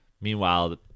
Meanwhile